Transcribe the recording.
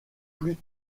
plus